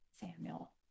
Samuel